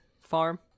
farm